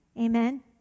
Amen